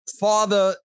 father